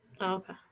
Okay